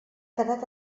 quedat